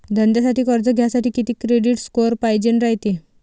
धंद्यासाठी कर्ज घ्यासाठी कितीक क्रेडिट स्कोर पायजेन रायते?